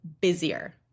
busier